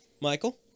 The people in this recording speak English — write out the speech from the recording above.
Michael